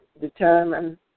determine